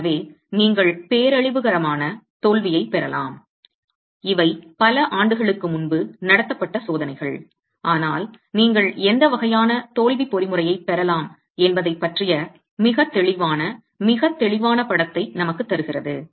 எனவே நீங்கள் பேரழிவுகரமான தோல்வியைப் பெறலாம் இவை பல ஆண்டுகளுக்கு முன்பு நடத்தப்பட்ட சோதனைகள் ஆனால் நீங்கள் எந்த வகையான தோல்வி பொறிமுறையைப் பெறலாம் என்பதைப் பற்றிய மிகத் தெளிவான மிகத் தெளிவான படத்தை நமக்குத் தருகிறது